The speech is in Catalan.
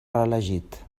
reelegit